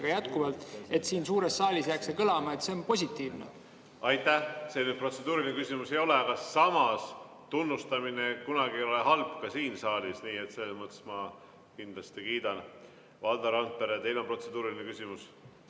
suhtlevad – et siin suures saalis jääks see kõlama –, see on positiivne. Aitäh! See nüüd protseduuriline küsimus ei ole, aga samas tunnustamine ei ole kunagi halb ka siin saalis. Nii et selles mõttes ma kindlasti kiidan. Valdo Randpere, teil on protseduuriline küsimus.